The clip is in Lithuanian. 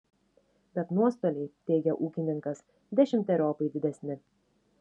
bet nuostoliai teigia ūkininkas dešimteriopai didesni